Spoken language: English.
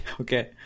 okay